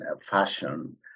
fashion